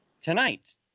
Tonight